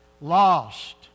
Lost